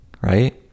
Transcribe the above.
Right